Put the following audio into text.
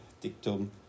dictum